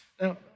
Now